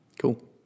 Cool